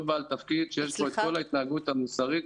בעל תפקיד שיש בו כל ההתנהגות המוסרית,